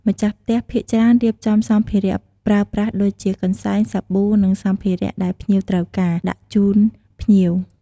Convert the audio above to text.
ម្ចាស់ផ្ទះភាគច្រើនរៀបចំសម្ភារៈប្រើប្រាស់ដូចជា កន្សែង សាប៊ូ និងសម្ភារៈដែលភ្ញៀវត្រូវការ ដាក់ជូនភ្ញៀវ។